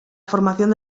formación